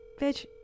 bitch